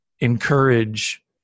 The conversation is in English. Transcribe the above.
encourage